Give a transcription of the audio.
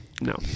No